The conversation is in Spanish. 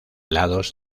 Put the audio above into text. lados